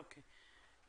אוקיי.